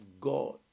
God